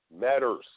matters